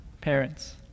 parents